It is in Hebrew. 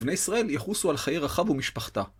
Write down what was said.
בני ישראל יחוסו על חיי רחב ומשפחתה.